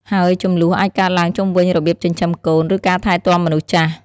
ហើយជម្លោះអាចកើតឡើងជុំវិញរបៀបចិញ្ចឹមកូន ឬការថែទាំមនុស្សចាស់។